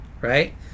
Right